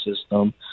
system